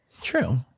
true